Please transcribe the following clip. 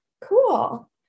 Cool